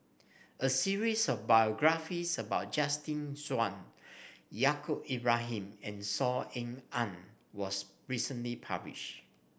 a series of biographies about Justin Zhuang Yaacob Ibrahim and Saw Ean Ang was recently publish